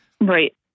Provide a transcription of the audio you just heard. Right